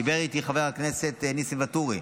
דיבר איתי חבר הכנסת ניסים וטאורי.